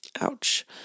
ouch